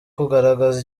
kugaragaza